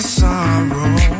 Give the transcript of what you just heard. sorrow